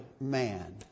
man